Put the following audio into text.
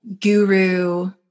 guru